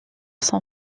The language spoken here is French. son